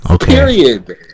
Period